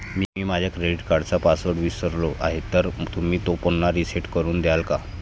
मी माझा क्रेडिट कार्डचा पासवर्ड विसरलो आहे तर तुम्ही तो पुन्हा रीसेट करून द्याल का?